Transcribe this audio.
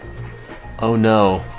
oh no!